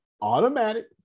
automatic